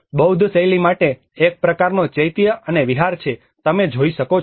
બૌદ્ધ શૈલી માટે એક પ્રકારનો ચૈત્ય અને વિહાર છે તમે જોઇ શકો છો